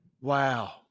Wow